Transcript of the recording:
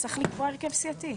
צריך לקבוע הרכב סיעתי.